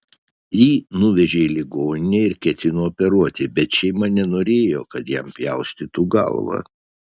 jį nuvežė į ligoninę ir ketino operuoti bet šeima nenorėjo kad jam pjaustytų galvą